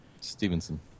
Stevenson